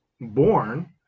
born